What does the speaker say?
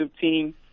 team